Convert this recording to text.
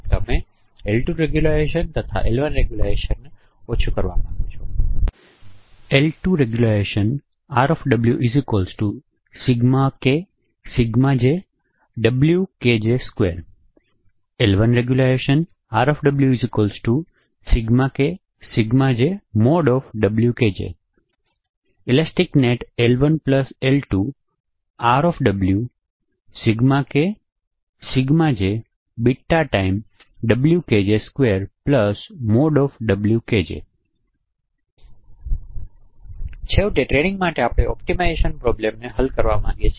તમે L2 regularisation તથા L1 regularisation ઓછું કરવા માગો છો છેવટે ટ્રેનિંગ માટે આપણે આ ઑપ્ટિમાઇઝેશન પ્રોબ્લેમને હલ કરવા માંગીએ છીએ